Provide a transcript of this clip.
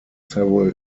several